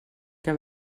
que